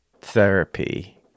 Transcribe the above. therapy